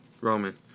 Roman